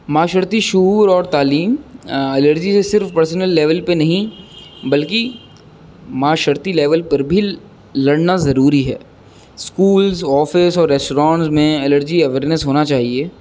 معاشرتی شعور اور تعلیم الرجی سے صرف پرسنل لیول پہ نہیں بلکہ معاشرتی لیول پر بھی لڑنا ضروری ہے اسکولس آفس اور ریسٹورانس میں الرجی اویئیرنیس ہونا چاہیے